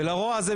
ולרוע הזו,